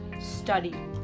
study